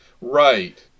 Right